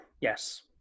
yes